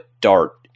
dart